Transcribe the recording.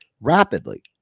rapidly